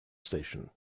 station